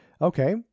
Okay